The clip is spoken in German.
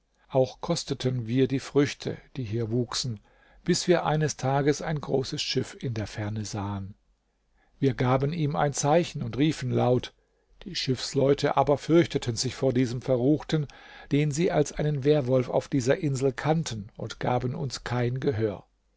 auch kosteten wir die früchte die hier wuchsen bis wir eines tages ein großes schiff in der ferne sahen wir gaben ihm ein zeichen und riefen laut die schiffsleute aber fürchteten sich vor diesem verruchten den sie als einen werwolf auf dieser insel kannten und gaben uns kein gehör